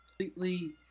completely